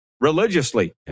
Religiously